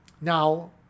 Now